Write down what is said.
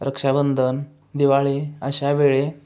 रक्षाबंधन दिवाळी अशा वेळे